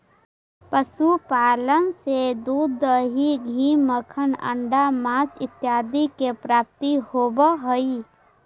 पशुपालन से दूध, दही, घी, मक्खन, अण्डा, माँस इत्यादि के प्राप्ति होवऽ हइ